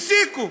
הפסיקו.